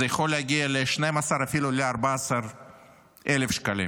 זה יכול להגיע ל-12,000 שקלים ואפילו ל-14,000 שקלים.